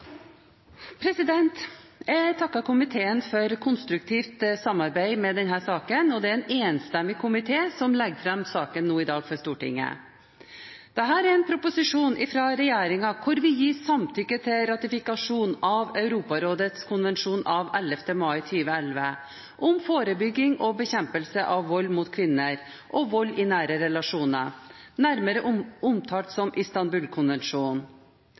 1. Jeg takker komiteen for konstruktivt samarbeid om denne saken, og det er en enstemmig komité som legger saken fram for Stortinget i dag. Dette er en proposisjon fra regjeringen hvor vi gir samtykke til ratifikasjon av Europarådets konvensjon av 11. mai 2011 om forebygging og bekjempelse av vold mot kvinner og vold i nære relasjoner, nærmere omtalt som